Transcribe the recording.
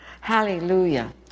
Hallelujah